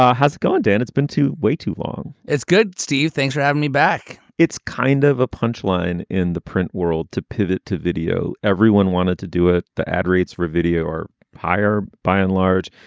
ah has gone down. it's been to wait too long it's good, steve. thanks for having me back it's kind of a punch line in the print world to pivot to video. everyone wanted to do it. the ad rates for video or higher. by and large,